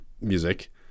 music